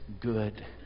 good